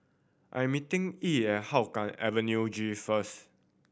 I am meeting Yee at Hougang Avenue G first